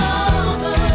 over